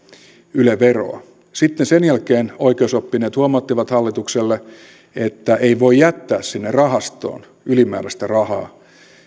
yle veroa sitten sen jälkeen oikeusoppineet huomauttivat hallitukselle että ei voi jättää sinne rahastoon ylimääräistä rahaa